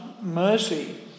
mercy